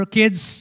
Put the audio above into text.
kids